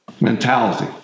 mentality